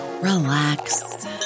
relax